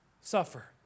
suffer